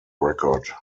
record